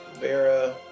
Vera